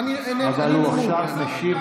אז למה ראש הממשלה,